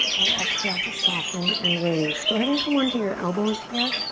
and exhale to soften and release. go ahead and come on to your elbows here.